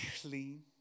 clean